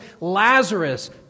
Lazarus